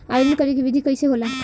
आवेदन करे के विधि कइसे होला?